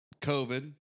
COVID